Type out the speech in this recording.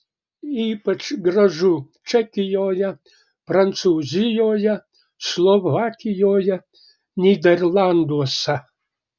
ypač gražu čekijoje prancūzijoje slovakijoje nyderlanduose